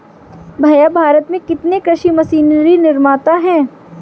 भैया भारत में कितने कृषि मशीनरी निर्माता है?